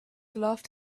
laughed